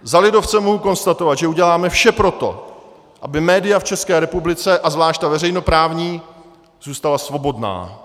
Za lidovce mohu konstatovat, že uděláme vše pro to, aby média v České republice, a zvlášť ta veřejnoprávní, zůstala svobodná.